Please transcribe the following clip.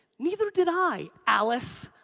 neither did i, alice.